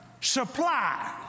supply